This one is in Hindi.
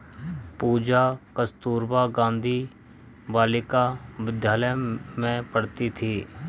पूजा कस्तूरबा गांधी बालिका विद्यालय में पढ़ती थी